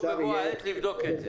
שתוכלו בבוא העת לבדוק.